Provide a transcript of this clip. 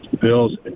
bills